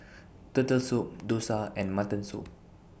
Turtle Soup Dosa and Mutton Soup